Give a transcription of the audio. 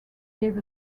gave